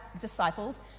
disciples